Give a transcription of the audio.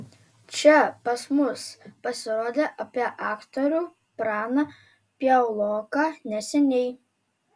čia pas mus pasirodė apie aktorių praną piauloką neseniai